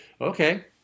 okay